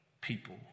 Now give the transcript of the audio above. people